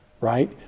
right